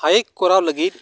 ᱦᱟᱭᱤᱠ ᱠᱚᱨᱟᱣ ᱞᱟᱹᱜᱤᱫ